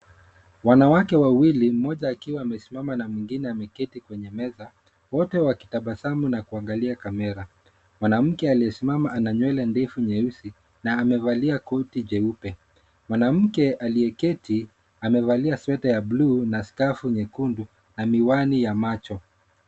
Wanawake wawili, mmoja akiwa amesimama na mwengine ameketi kwenye meza, wote wakitabasamu na kuangalia kamera. Mwanamke aliyesimama ana nywele ndefu nyeusi na amevalia koti jeupe. Mwanamke aliyeketi amevalia sweta ya blue na skafu nyekundu na miwani ya macho.